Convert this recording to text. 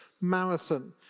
marathon